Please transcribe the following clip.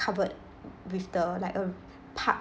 covered with the like a parked